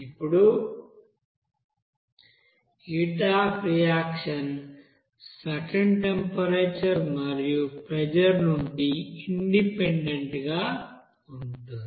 ఇప్పుడు heat of reaction certain temperature మరియు pressure నుండి ఇండిపెండెంట్ గా ఉంటుంది